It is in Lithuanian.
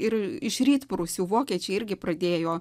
ir iš rytprūsių vokiečiai irgi pradėjo